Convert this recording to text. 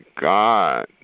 God